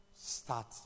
start